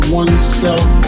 oneself